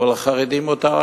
אבל על חרדים, מותר הכול.